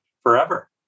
forever